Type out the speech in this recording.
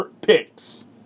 picks